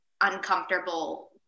uncomfortable